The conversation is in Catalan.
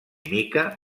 mica